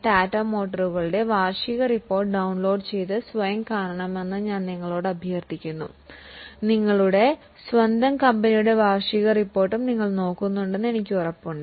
ടാറ്റ മോട്ടോറിൻറ്റെ വാർഷിക report download ചെയ്ത് സ്വയം കാണണമെന്ന് ഞാൻ നിങ്ങളോട് അഭ്യർത്ഥിക്കുന്നു നിങ്ങളുടെ സ്വന്തം കമ്പനിയുടെ വാർഷിക റിപ്പോർട്ടും നിങ്ങൾ നോക്കുന്നുണ്ടെന്ന് എനിക്ക് ഉറപ്പുണ്ട്